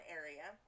area